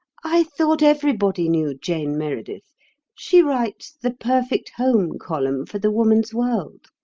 i thought everybody knew jane meredith she writes the perfect home column for the woman's world.